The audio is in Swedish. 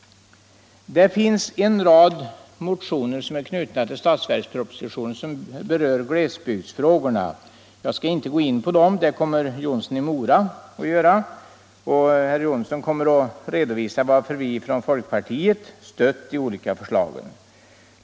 Det finns en rad motioner i anslutning till statsverkspropositionen som berör glesbygdsfrågorna. Jag skall inte gå in på dem. Det kommer herr Jonsson i Mora att göra, och herr Jonsson kommer att redovisa varför vi inom folkpartiet stött de olika förslagen.